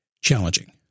challenging